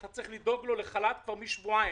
אתה צריך לדאוג לו לחל"ת מן ההתחלה,